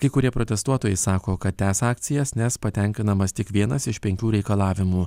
kai kurie protestuotojai sako kad tęs akcijas nes patenkinamas tik vienas iš penkių reikalavimų